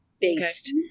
based